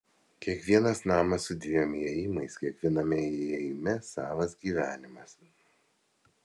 kiekvienas namas su dviem įėjimais kiekviename įėjime savas gyvenimas